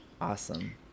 Awesome